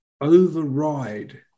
override